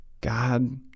God